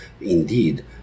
indeed